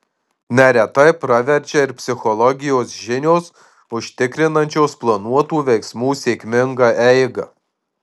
neretai praverčia ir psichologijos žinios užtikrinančios planuotų veiksmų sėkmingą eigą